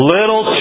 Little